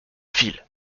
file